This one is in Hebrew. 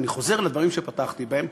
אני חוזר לדברים שפתחתי בהם,